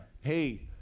Hey